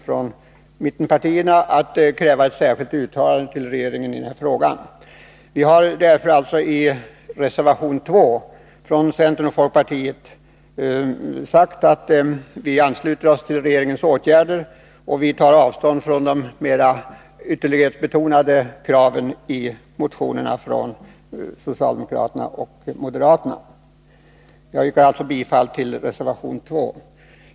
Från mittenpartierna finner vi inte anledning att kräva ett särskilt uttalande till regeringen i den här frågan. Vi har därför i reservation 2 från centern och folkpartiet sagt att vi ansluter oss till regeringens åtgärder och tar avstånd från de mera ytterlighetsbetonade kraven i motionerna från socialdemokraterna och moderaterna. Jag kommer att yrka bifall till reservation 2.